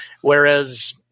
Whereas